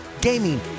gaming